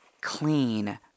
clean